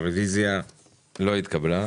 הרביזיה לא התקבלה.